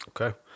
Okay